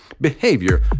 Behavior